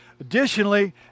Additionally